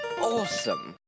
Awesome